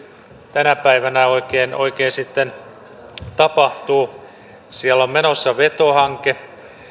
tänä päivänä oikein oikein tapahtuu siellä on menossa veto hanke